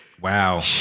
Wow